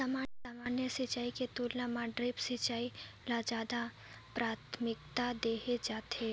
सामान्य सिंचाई के तुलना म ड्रिप सिंचाई ल ज्यादा प्राथमिकता देहे जाथे